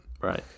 Right